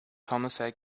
homicide